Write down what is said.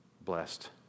blessed